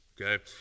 Okay